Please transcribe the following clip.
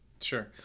Sure